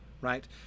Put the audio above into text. right